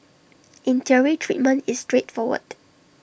in theory treatment is straightforward